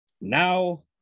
Now